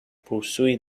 pursue